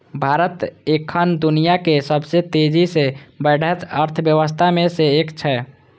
भारत एखन दुनियाक सबसं तेजी सं बढ़ैत अर्थव्यवस्था मे सं एक छै